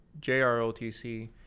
JROTC